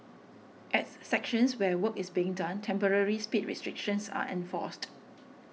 at sections where work is being done temporary speed restrictions are enforced